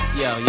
yo